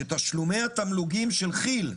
שתשלומי התמלוגים של כי"ל,